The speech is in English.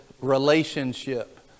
relationship